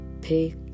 pay